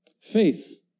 Faith